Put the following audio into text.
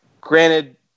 Granted